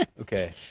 Okay